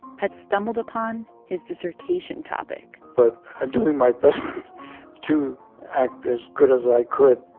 had stumbled upon his dissertation topic but i'm doing my best to act as good as i could